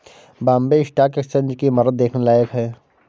Bombay stock exchange की इमारत देखने लायक है